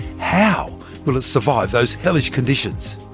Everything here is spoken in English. how will it survive those hellish conditions?